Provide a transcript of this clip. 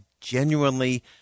genuinely –